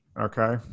okay